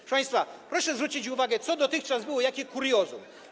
Proszę państwa, proszę zwrócić uwagę, co dotychczas było, jakie kuriozum.